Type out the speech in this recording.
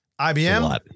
IBM